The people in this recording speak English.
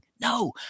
No